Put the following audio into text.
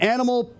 Animal